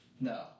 No